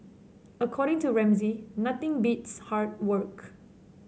according to Ramsay nothing beats hard work